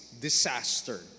Disaster